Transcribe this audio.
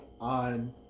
on